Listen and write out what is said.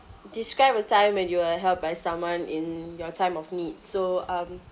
describe a time when you were helped by someone in your time of need so um